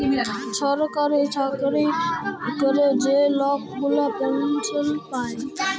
ছরকারি চাকরি ক্যরে যে লক গুলা পেলসল পায়